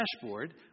dashboard